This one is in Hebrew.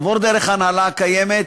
עבור דרך ההנהלה הקיימת,